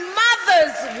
mother's